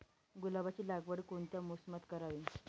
गुलाबाची लागवड कोणत्या मोसमात करावी?